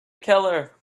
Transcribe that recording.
keller